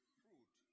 fruit